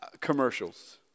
Commercials